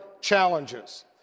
challenges